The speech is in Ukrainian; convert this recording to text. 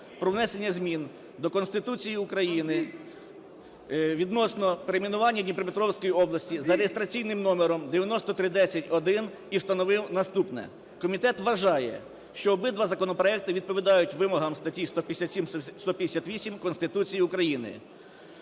про внесення змін до Конституції України відносно перейменування Дніпропетровської області за реєстраційним номером 9310-1 і встановив наступне. Комітет вважає, що обидва законопроекти відповідають вимогам статті 157, 158 Конституції України.